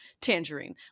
Tangerine